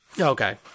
Okay